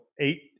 eight